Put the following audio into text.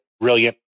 brilliant